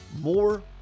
More